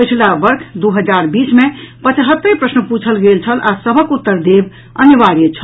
पछिला वर्ष दू हजार बीस मे पचहत्तरि प्रश्न पूछल गेल छल आ सभक उत्तर देब अनिवार्य छल